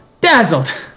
Dazzled